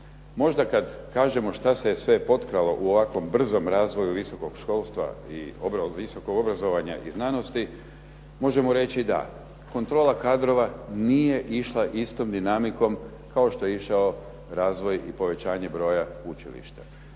Možda kad kažemo šta se sve potkralo u ovako brzom razvoju visokog školstva i visokog obrazovanja i znanosti možemo reći kontrola kadrova nije išla istom dinamikom kao što je išao razvoj i povećanje broja učilišta.